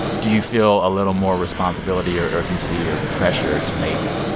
do you feel a little more responsibility or urgency or pressure to make